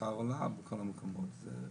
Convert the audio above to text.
השכר עלה בכל המקומות, זה,